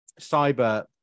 cyber